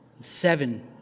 Seven